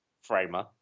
Framer